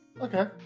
Okay